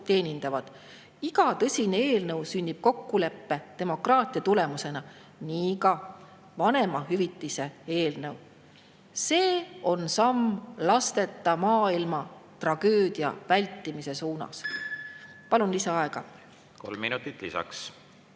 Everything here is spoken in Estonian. teenindavad. Iga tõsine eelnõu sünnib kokkuleppe, demokraatia tulemusena, nii ka vanemahüvitise eelnõu. See on samm lasteta maailma tragöödia vältimise suunas." Palun lisaaega. Kolm minutit lisaks.